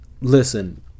Listen